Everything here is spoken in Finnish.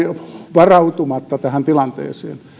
varautumatta tähän tilanteeseen